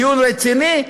דיון רציני,